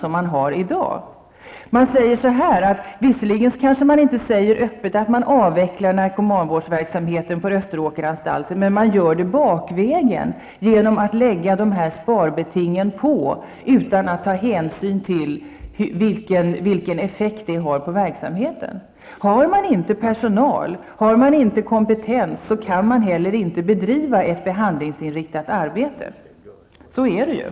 Visserligen säger man kanske inte öppet att narkomanvårdsverksamheten på Österåkersanstalten skall avvecklas, men det sker bakvägen genom sparbetingen utan att det tas hänsyn till effekten av verksamheten. Har man inte personal och kompetens, kan man inte heller bedriva ett behandlingsinriktat arbete. Så är det ju.